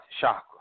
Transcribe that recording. chakra